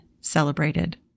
celebrated